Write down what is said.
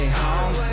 home